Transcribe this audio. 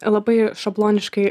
labai šabloniškai